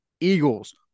Eagles